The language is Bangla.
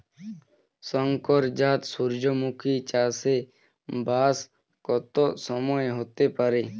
শংকর জাত সূর্যমুখী চাসে ব্যাস কত সময় হতে পারে?